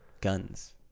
guns